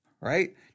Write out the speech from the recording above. right